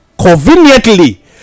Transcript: conveniently